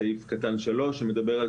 סעיף קטן (3) שמדבר על